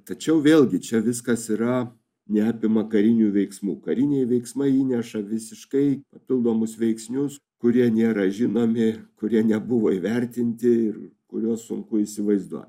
tačiau vėlgi čia viskas yra neapima karinių veiksmų kariniai veiksmai įneša visiškai papildomus veiksnius kurie nėra žinomi kurie nebuvo įvertinti ir kuriuos sunku įsivaizduo